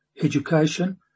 education